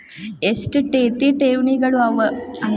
ಎಷ್ಟ ರೇತಿ ಠೇವಣಿಗಳ ಅವ?